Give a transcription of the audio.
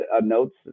notes